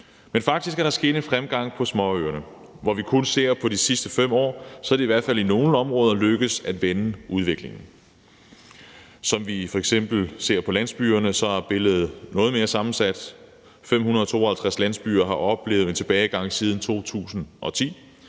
Faktisk er der sket en fremgang på småøerne. Når vi kun ser på de sidste 5 år, er det i hvert fald i nogle områder lykkedes at vende udviklingen. Ser vi f.eks. på landsbyerne, er billedet noget mere sammensat. 552 landsbyer har oplevet en tilbagegang siden 2010,